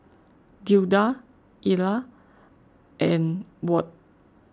Gilda Ila and Ward